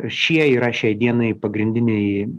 šie yra šiai dienai pagrindiniai